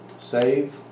save